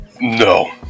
No